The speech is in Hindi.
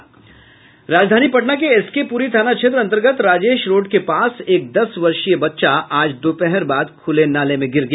राजधानी पटना के एसके पूरी थाना क्षेत्र अन्तर्गत राजेश रोड के पास एक दस वर्षीय बच्चा आज दोपहर बाद खूले नाले में गिर गया